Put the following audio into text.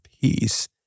peace